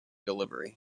delivery